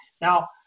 Now